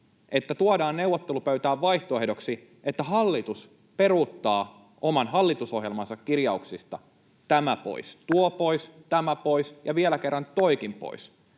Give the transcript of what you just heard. että tuodaan neuvottelupöytään vaihtoehdoksi, että hallitus peruuttaa oman hallitusohjelmansa kirjauksista: tämä pois, tuo pois, tämä pois ja vielä kerran tuokin pois.